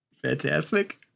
fantastic